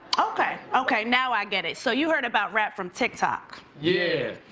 okay okay now i get it. so you heard about rap from tiktok. yeah.